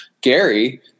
Gary